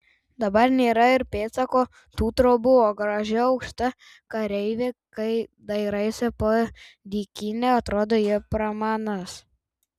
dabar nėra ir pėdsako tų trobų o graži aukšta kareivė kai dairaisi po dykynę atrodo it pramanas